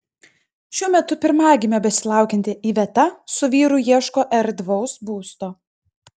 šiuo metu pirmagimio besilaukianti iveta su vyru ieškojo erdvaus būsto